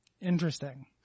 Interesting